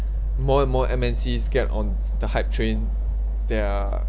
more and more M_N_Cs get on the hype train they are